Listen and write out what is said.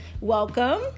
welcome